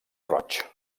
roig